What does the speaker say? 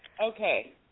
Okay